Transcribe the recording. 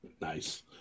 Nice